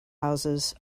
houses